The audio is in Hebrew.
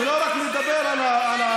ולא רק לדבר על הערבית.